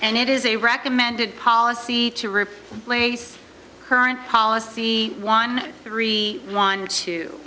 and it is a recommended policy to rip place current policy one three one t